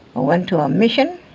went to a mission